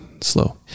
slow